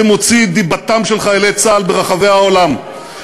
שמוציא את דיבתם של חיילי צה"ל ברחבי העולם,